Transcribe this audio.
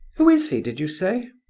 who is he, did you say?